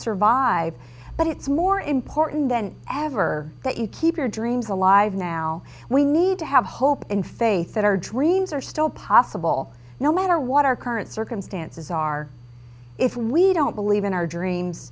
survive but it's more important than ever that you keep your dreams alive now we need to have hope and faith that our dreams are still possible no matter what our current circumstances are if we don't believe in our dreams